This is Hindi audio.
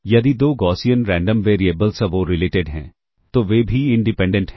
यदि दो गौसियन रैंडम वेरिएबल्स अनकोरिलेटेड हैं तो वे भी इंडिपेंडेंट हैं